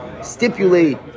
stipulate